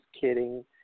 kidding